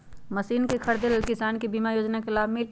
Machine खरीदे ले किसान के बीमा योजना के लाभ मिली?